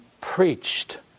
preached